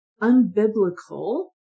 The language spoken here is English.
unbiblical